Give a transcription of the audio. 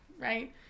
right